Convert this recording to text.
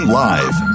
live